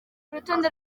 urutonde